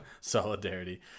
Solidarity